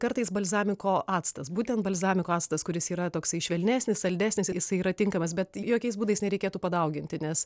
kartais balzamiko actas būtent balzamiko actas kuris yra toksai švelnesnis saldesnis jisai yra tinkamas bet jokiais būdais nereikėtų padauginti nes